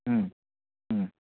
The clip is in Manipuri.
ꯎꯝ ꯎꯝ